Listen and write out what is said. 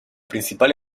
principal